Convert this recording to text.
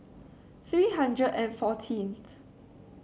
three hundred and fourteenth